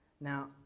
Now